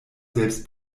selbst